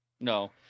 No